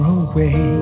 away